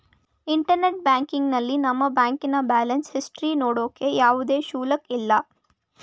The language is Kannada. ಇಂಟರ್ನೆಟ್ ಬ್ಯಾಂಕಿಂಗ್ನಲ್ಲಿ ನಮ್ಮ ಬ್ಯಾಂಕಿನ ಬ್ಯಾಲೆನ್ಸ್ ಇಸ್ಟರಿ ನೋಡೋಕೆ ಯಾವುದೇ ಶುಲ್ಕ ಇಲ್ಲ